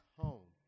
home